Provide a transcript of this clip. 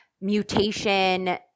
mutation